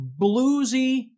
bluesy